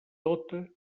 tota